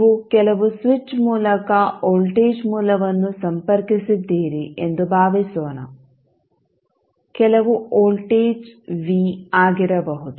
ನೀವು ಕೆಲವು ಸ್ವಿಚ್ ಮೂಲಕ ವೋಲ್ಟೇಜ್ ಮೂಲವನ್ನು ಸಂಪರ್ಕಿಸಿದ್ದೀರಿ ಎಂದು ಭಾವಿಸೋಣ ಕೆಲವು ವೋಲ್ಟೇಜ್ ವಿ ಆಗಿರಬಹುದು